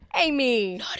Amy